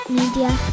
Media